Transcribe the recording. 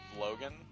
Logan